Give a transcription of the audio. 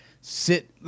sit